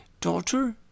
daughter